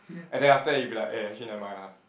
and then after that you be like eh actually nevermind ah